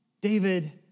David